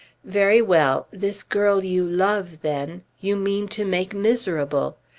very well. this girl you love, then, you mean to make miserable.